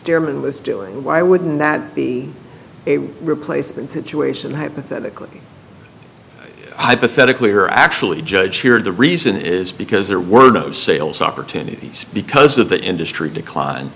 sturman was doing why wouldn't that be a replacement situation hypothetically hypothetically or actually judge here and the reason is because there were no sales opportunities because of the industry decline